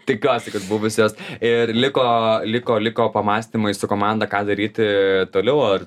tikiuosi kad buvusios ir liko liko liko pamąstymai su komanda ką daryti toliau ar